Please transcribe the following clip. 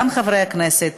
גם חברי הכנסת,